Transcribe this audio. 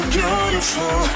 beautiful